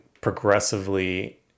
progressively